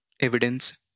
Evidence